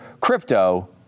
crypto